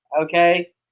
Okay